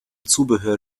zubehör